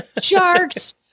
Sharks